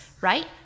right